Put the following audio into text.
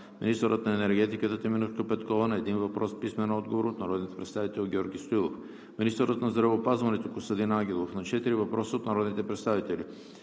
министърът на енергетиката Теменужка Петкова – на един въпрос, с писмен отговор от народния представител Георги Стоилов; - министърът на здравеопазването Костадин Ангелов – на четири въпроса от народните представители